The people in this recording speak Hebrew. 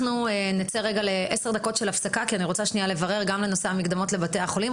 נצא לעשר דקות הפסקה כי אני רוצה לברר גם את נושא המקדמות לבתי החולים.